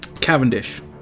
Cavendish